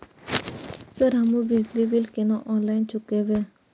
Sir हमू बिजली bill केना ऑनलाईन चुकेबे?